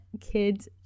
kids